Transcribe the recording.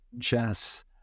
chess